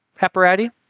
Apparati